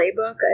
playbook